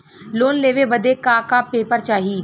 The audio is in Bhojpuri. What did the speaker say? लोन लेवे बदे का का पेपर चाही?